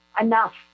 enough